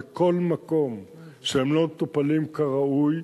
וכל מקום שהם לא מטופלים כראוי,